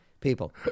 people